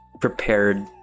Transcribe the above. prepared